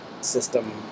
system